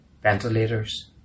Ventilators